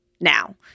now